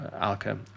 Alka